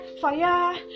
fire